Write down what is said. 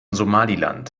somaliland